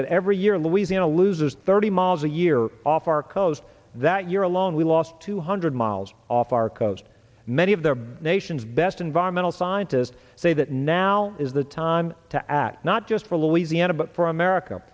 that every year in louisiana loses thirty miles a year off our coast that year alone we lost two hundred miles off our coast many of the nation's best environmental scientists say that now is the time to act not just for louisiana but for america